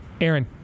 Aaron